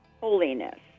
holiness